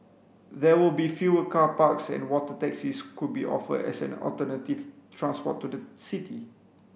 there will be fewer car parks and water taxis could be offered as an alternative transport to the city